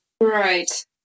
Right